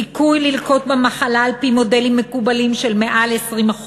סיכוי ללקות במחלה על-פי מודלים מקובלים של מעל 20%,